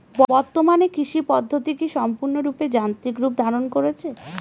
বর্তমানে কৃষি পদ্ধতি কি সম্পূর্ণরূপে যান্ত্রিক রূপ ধারণ করেছে?